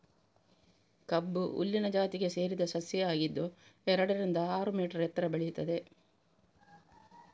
ಕಬ್ಬು ಹುಲ್ಲಿನ ಜಾತಿಗೆ ಸೇರಿದ ಸಸ್ಯ ಆಗಿದ್ದು ಎರಡರಿಂದ ಆರು ಮೀಟರ್ ಎತ್ತರ ಬೆಳೀತದೆ